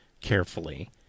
carefully